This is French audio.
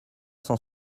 cent